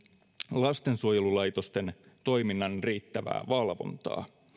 lastensuojelulaitosten toiminnan riittävää valvontaa